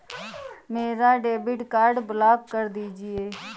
मेरा debit card block कर दीजिए